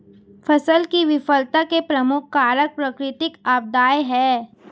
फसल की विफलता के प्रमुख कारक प्राकृतिक आपदाएं हैं